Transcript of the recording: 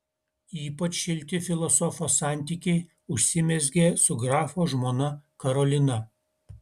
ypač šilti filosofo santykiai užsimezgė su grafo žmona karolina